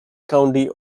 county